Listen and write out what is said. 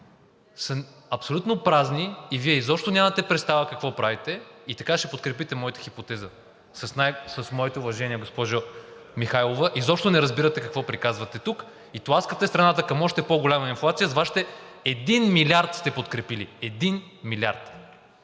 са абсолютно празни и Вие изобщо нямате представа какво правите и така ще подкрепите моята хипотеза. С моите уважения, госпожо Михайлова, изобщо не разбирате какво приказвате тук и тласкате страната към още по-голяма инфлация с Вашите… Един милиард сте подкрепили. Един милиард!